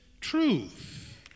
truth